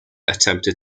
attempted